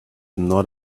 not